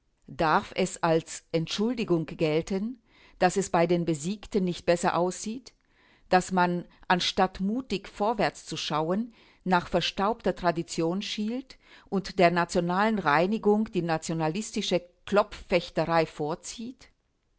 darf es als entschuldigung gelten daß es bei den besiegten nicht besser aussieht daß man anstatt mutig vorwärts zu schauen nach verstaubter tradition schielt und der nationalen reinigung die nationalistische klopffechterei vorzieht